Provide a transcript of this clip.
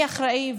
מי אחראי,